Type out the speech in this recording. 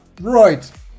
Right